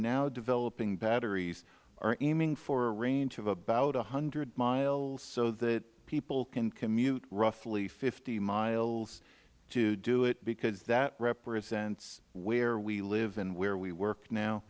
now developing batteries are aiming for a range of about one hundred miles so that people can commute roughly fifty miles to do it because that represents where we live and where we work now